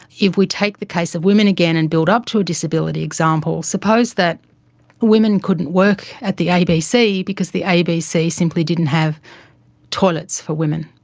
if we take the case of women again and build up to a disability example suppose that women couldn't work at the abc because the abc simply didn't have toilets for women,